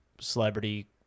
celebrity